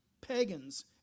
pagans